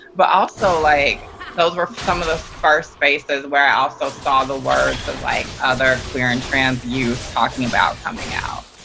but also, like those were some of the first spaces where i also saw the words of like other queer and trans youth talking about coming out.